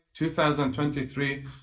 2023